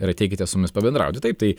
ir ateikite su mumis pabendrauti taip tai